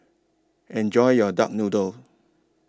Enjoy your Duck Noodle